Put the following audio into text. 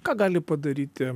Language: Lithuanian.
ką gali padaryti